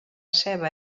seva